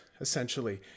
essentially